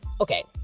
okay